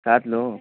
सात लोग